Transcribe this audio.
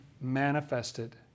manifested